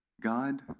God